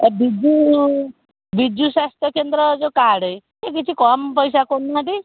ଏ ବିଜୁ ବିଜୁ ସ୍ୱାସ୍ଥ୍ୟକେନ୍ଦ୍ର ଯୋଉ କାର୍ଡ଼ କି କିଛି କମ୍ ପଇସା କରୁନାହାନ୍ତି